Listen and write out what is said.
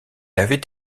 avait